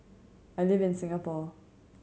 I live in Singapore